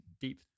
Deep